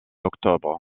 octobre